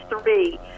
three